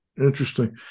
Interesting